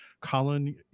colin